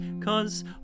Cause